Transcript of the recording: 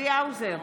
צבי האוזר,